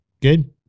Good